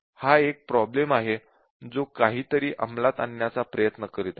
हा एक प्रोग्राम आहे जो काहीतरी अंमलात आणण्याचा प्रयत्न करीत आहे